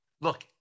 Look